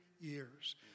years